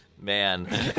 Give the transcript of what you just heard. Man